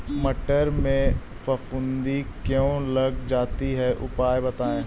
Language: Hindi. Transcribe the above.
मटर में फफूंदी क्यो लग जाती है उपाय बताएं?